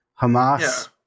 Hamas